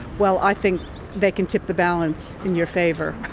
well, i think they can tip the balance in your favour